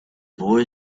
boy